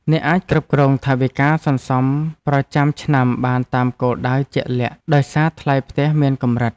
អ្នកអាចគ្រប់គ្រងថវិកាសន្សំប្រចាំឆ្នាំបានតាមគោលដៅជាក់លាក់ដោយសារថ្លៃផ្ទះមានកម្រិតទាប។